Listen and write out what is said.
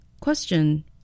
Question